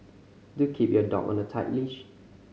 do keep your dog on a tight leash